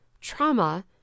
trauma